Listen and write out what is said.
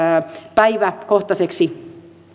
päiväkohtaiseksi